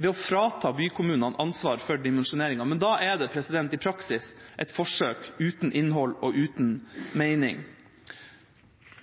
ved å frata bykommunene ansvar for dimensjoneringa. Men da er det i praksis et forsøk uten innhold og uten mening.